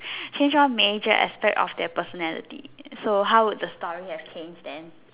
change one major aspect of their personality so how would the story have changed then